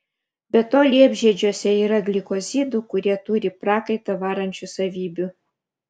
be to liepžiedžiuose yra glikozidų kurie turi prakaitą varančių savybių